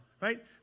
right